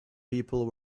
people